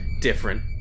different